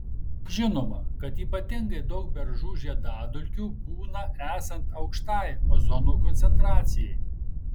žinoma kad ypatingai daug beržų žiedadulkių būna esant aukštai ozono koncentracijai